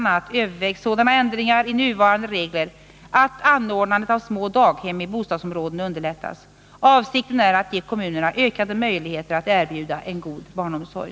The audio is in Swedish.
a. övervägs sådana ändringar i nuvarande regler att anordnandet av små daghem i bostadsområdena underlättas. Avsikten är att ge kommunerna ökade möjligheter att erbjuda en god barnomsorg.